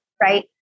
right